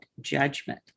judgment